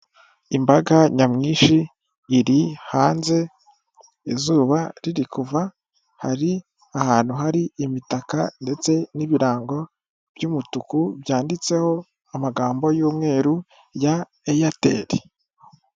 Imbaga nyamwinshi iri hanze, izuba riri kuva, hari ahantu hari imitaka ndetse n'ibirango by'umutuku, byanditseho amagambo y'umweru ya eyateri.